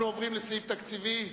אנחנו עוברים לסעיף תקציבי מס'